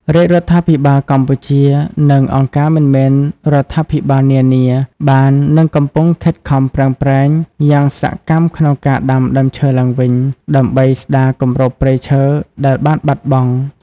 រាជរដ្ឋាភិបាលកម្ពុជា និងអង្គការមិនមែនរដ្ឋាភិបាលនានា បាននិងកំពុងខិតខំប្រឹងប្រែងយ៉ាងសកម្មក្នុងការដាំដើមឈើឡើងវិញ ដើម្បីស្ដារគម្របព្រៃឈើដែលបានបាត់បង់។